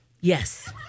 Yes